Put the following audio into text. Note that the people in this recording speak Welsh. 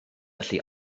felly